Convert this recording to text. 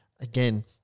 again